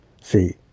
See